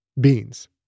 Beans